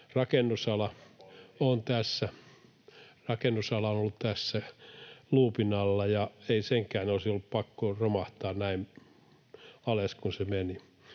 eteenpäin. Myös rakennusala on ollut tässä luupin alla, ja ei senkään olisi ollut pakko romahtaa näin alas kuin se meni.